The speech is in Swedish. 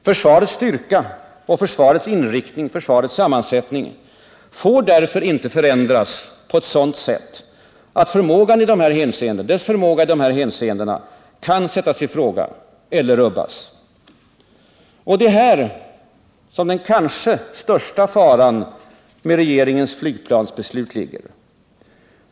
Försvarets styrka, dess inriktning och sammansättning får därför inte förändras på ett sådant sätt, att dess förmåga i dessa hänseenden kan sättas i fråga eller rubbas. Det är här som den kanske största faran med regeringens flygplansbeslut ligger.